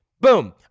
Boom